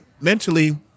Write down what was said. mentally